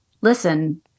Listen